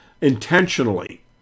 intentionally